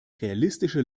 realistische